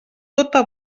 tota